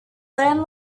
land